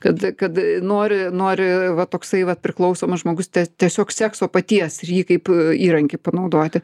kad kad nori nori va toksai vat priklausomas žmogus tiesiog sekso paties ir jį kaip įrankį panaudoti